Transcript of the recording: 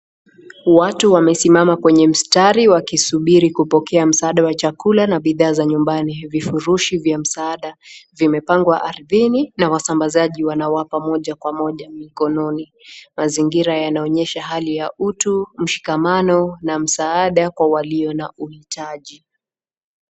Watu wamesimama kwenye mstari wakisubiri kupokea msaada wa chakula na bidhaa vya nyumbani. Vifurushi vya msahada vimepangwa ardhini na wasambazaji wanawapa moja kwa moja mikononi. Mazingira yanaonyesha hali ya utu ,mshikamano na msahada kwa waliyohitaji.